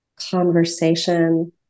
conversation